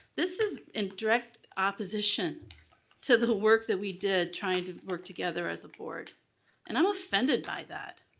this is in direct opposition to the work that we did trying to work together as a board and i'm offended by that.